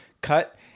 cut